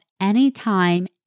anytime